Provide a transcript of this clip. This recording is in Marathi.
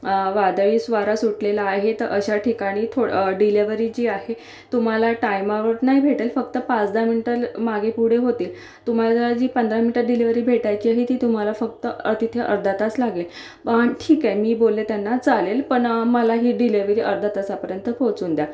वादळी वारा सुटलेला आहे तर अशा ठिकाणी थो अ डिलेवरी जी आहे तुम्हाला टायमावर नाही भेटेल फक्त पाचदहा मिनिटं मागेपुढे होतील तुम्हाला जी पंधरा मिनिटात डिलेवरी भेटायची आहे ती तुम्हाला फक्त अ तिथं अर्धा तास लागेल पण ठीक आहे मी बोलले त्यांना चालेल पण मला ही डिलेवरी अर्धा तासापर्यंत पोहोचून द्या